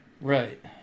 Right